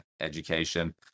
education